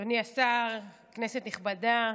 אדוני השר, כנסת נכבדה,